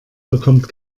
bekommt